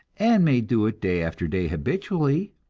and may do it day after day habitually,